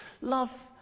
love